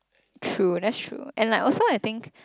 true that's true and like also I think